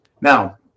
Now